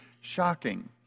shocking